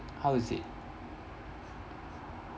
how is it